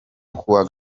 kuwa